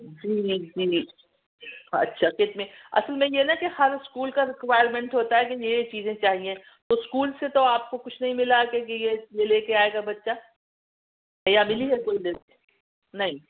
جی جی اچھا کتنے اصل میں یہ نا کہ ہر اسکول کا ریکوائرمنٹ ہوتا ہے کہ یہ یہ چیزیں چاہئیں تو اسکول سے تو آپ کو کچھ نہیں ملا کیونکہ یہ لے کے آئے گا بچہ یا ملی ہے کوئی نہیں